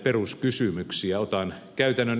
otan käytännön esimerkin